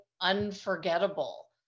unforgettable